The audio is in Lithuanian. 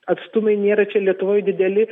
atstumai nėra čia lietuvoj dideli